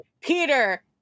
Peter